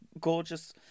Gorgeous